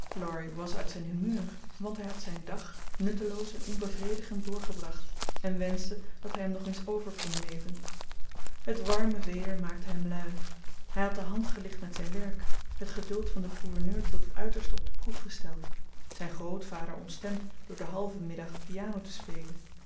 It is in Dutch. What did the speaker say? was uit zijn humeur want hij had zijn dag nutteloos en onbevredigend doorgebracht en wenschte dat hij hem nog eens over kon leven het warme weder maakte hem lui hij had de hand gelicht met zijn werk het geduld van den gouverneur tot het uiterste op de proef gesteld zijn grootvader ontstemd door den halven middag piano te spelen